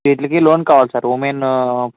వీట్లికి loan కావాలి sir women